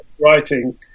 writing